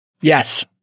yes